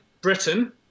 Britain